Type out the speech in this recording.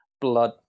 blood